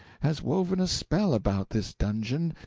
has woven a spell about this dungeon,